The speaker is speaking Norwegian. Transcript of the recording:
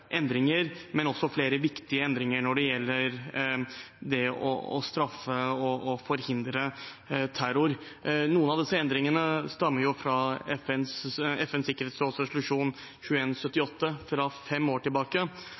endringer, også flere viktige endringer, når det gjelder det å straffe og forhindre terror. Noen av disse endringene stammer fra FNs sikkerhetsråds resolusjon 2178 fra fem år tilbake,